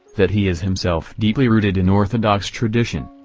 that he is himself deeply rooted in orthodox tradition.